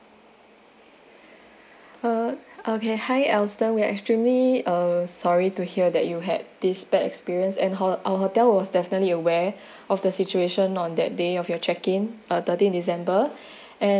uh okay hi alston we are extremely uh sorry to hear that you had this bad experience and hot~ our hotel was definitely aware of the situation on that day of your checking uh thirteen december and